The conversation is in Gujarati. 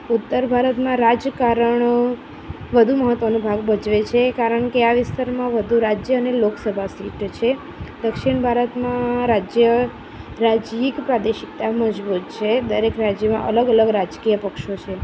ઉત્તર ભારતમાં રાજકારણો વધુ મહત્વનો ભાગ ભજવે છે કારણકે આ વિસ્તારમાં વધુ રાજ્ય અને લોકસભા સીટ છે દક્ષિણ ભારતમાં રાજ્ય રાજ્યીક પ્રાદેશિકતા મજબૂત છે દરેક રાજ્યમાં અલગ અલગ રાજકીય પક્ષો છે